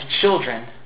children